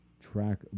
track